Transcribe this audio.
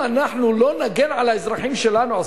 אם אנחנו לא נגן על האזרחים שלנו,